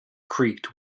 creaked